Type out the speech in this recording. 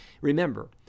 Remember